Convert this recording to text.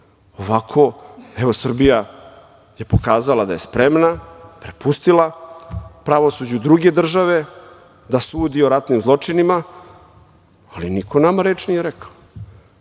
Ovako, evo, Srbija je pokazala da je spremna, prepustila pravosuđu druge države da sudi o ratnim zločinima, ali niko nama reč nije rekao. Ja